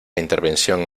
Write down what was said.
intervención